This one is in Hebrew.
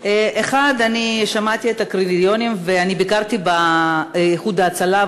1. שמעתי את הקריטריונים וביקרתי ב"איחוד הצלה",